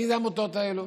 מי אלו העמותות האלו?